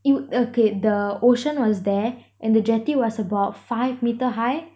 it~ okay the ocean was there and the jetty was about five metre high